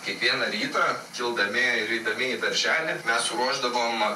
kiekvieną rytą kildami ir eidami į darželį mes ruošdavom